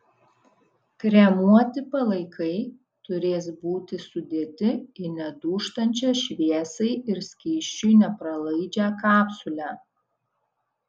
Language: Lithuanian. kremuoti palaikai turės būti sudėti į nedūžtančią šviesai ir skysčiui nepralaidžią kapsulę